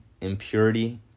impurity